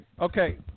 okay